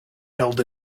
held